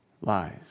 lies